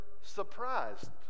surprised